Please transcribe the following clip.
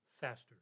faster